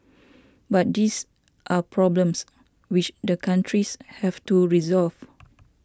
but these are problems which the countries have to resolve